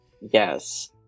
yes